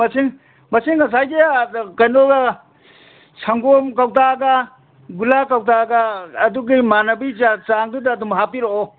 ꯃꯁꯤꯡ ꯃꯁꯤꯡ ꯉꯁꯥꯏꯒꯤ ꯀꯅꯣ ꯁꯪꯒꯣꯝ ꯀꯧꯇꯥꯒ ꯒꯨꯂꯥ ꯀꯧꯇꯥꯒ ꯑꯗꯨꯒꯤ ꯃꯥꯟꯅꯕꯤ ꯆꯥꯡꯗꯨꯗ ꯑꯗꯨꯝ ꯍꯥꯞꯄꯤꯔꯛꯑꯣ